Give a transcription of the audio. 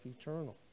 eternal